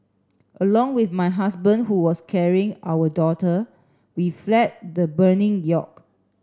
along with my husband who was carrying our daughter we fled the burning yacht